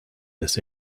this